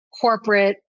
corporate